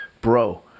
bro